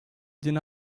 deny